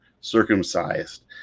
circumcised